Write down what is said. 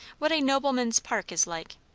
what a nobleman's park is like?